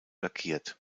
lackiert